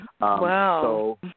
Wow